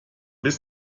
bis